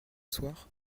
soir